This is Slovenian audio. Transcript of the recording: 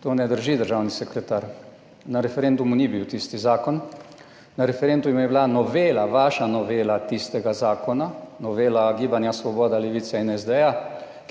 To ne drži, državni sekretar. Na referendumu ni bil tisti zakon. Na referendumu je bila novela, vaša novela tistega zakona, novela Gibanja Svoboda, Levice in SD,